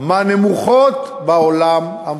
מהנמוכות בעולם המפותח.